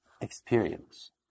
experience